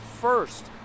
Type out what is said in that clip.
first